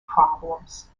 problems